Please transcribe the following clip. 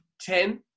ten